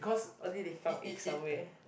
or did they found egg somewhere